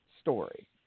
story